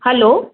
hello